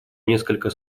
несколько